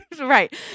Right